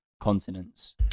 continents